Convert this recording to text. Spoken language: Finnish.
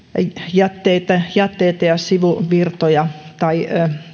jätteitä jätteitä ja sivuvirtoja tai